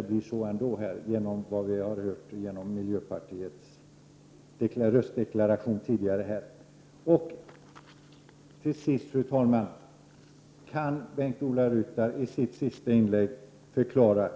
Nu kanske det blir så ändå efter miljöpartiets röstdeklaration. Till sist: Kan Bengt-Ola Ryttar i sitt sista inlägg förklara